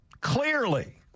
Clearly